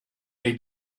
they